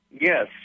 Yes